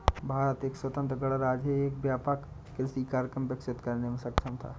भारत का स्वतंत्र गणराज्य एक व्यापक कृषि कार्यक्रम विकसित करने में सक्षम था